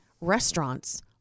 restaurants